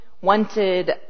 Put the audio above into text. wanted